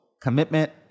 commitment